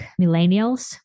millennials